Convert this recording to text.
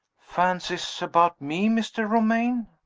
fancies about me, mr. romayne?